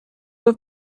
have